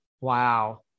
Wow